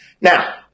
Now